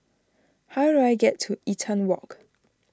how do I get to Eaton Walk